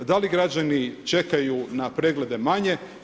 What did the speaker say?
Da li građani čekaju na preglede manje?